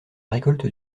récolte